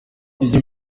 icyo